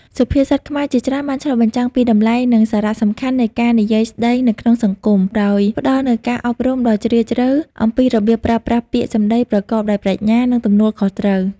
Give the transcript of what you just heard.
សុភាសិតខ្មែរជាច្រើនបានឆ្លុះបញ្ចាំងពីតម្លៃ និងសារៈសំខាន់នៃការនិយាយស្តីនៅក្នុងសង្គម ដោយផ្តល់នូវការអប់រំដ៏ជ្រាលជ្រៅអំពីរបៀបប្រើប្រាស់ពាក្យសម្ដីប្រកបដោយប្រាជ្ញា និងទំនួលខុសត្រូវ។